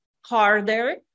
harder